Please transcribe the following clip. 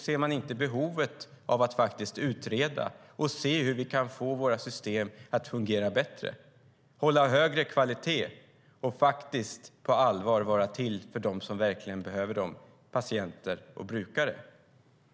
Ser man inte behovet av att utreda och se hur vi kan få våra system att fungera bättre, hålla högre kvalitet och faktiskt på allvar vara till för dem som verkligen behöver dem, det vill säga patienter och brukare?